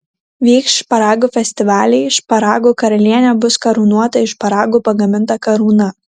vyks šparagų festivaliai šparagų karalienė bus karūnuota iš šparagų pagaminta karūna